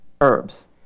herbs